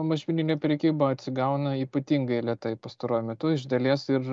mažmeninė prekyba atsigauna ypatingai lėtai pastaruoju metu iš dalies ir